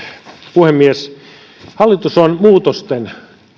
puhemies hallitus on muutosten